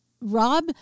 Rob